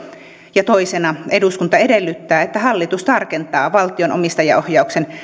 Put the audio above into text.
ja toisena eduskunta edellyttää että hallitus tarkentaa valtion omistajaohjauksen